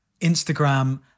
Instagram